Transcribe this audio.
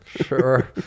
sure